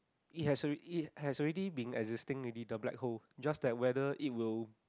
it has already it has already been existing maybe the black hole just there whether it will